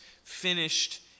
finished